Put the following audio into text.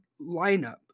lineup